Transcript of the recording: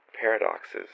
paradoxes